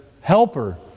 helper